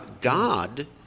God